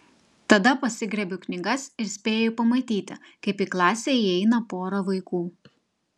tada pasigriebiu knygas ir spėju pamatyti kaip į klasę įeina pora vaikų